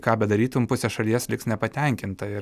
ką bedarytum pusė šalies liks nepatenkinta ir